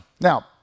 Now